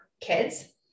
kids